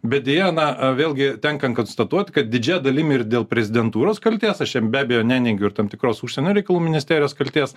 bet deja vėlgi vėlgi tenka konstatuot kad didžia dalim ir dėl prezidentūros kaltės aš jam be abejo neneigiu ir tam tikros užsienio reikalų ministerijos kaltės